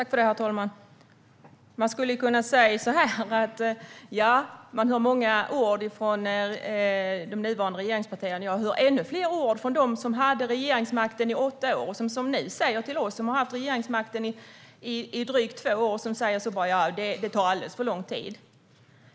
Herr talman! Man kan säga att man hör många ord från de nuvarande regeringspartierna, men jag hör ännu fler ord från dem som hade regeringsmakten i åtta år och som nu säger till oss - som haft regeringsmakten i drygt två år - att det tar alldeles för lång tid.